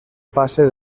fase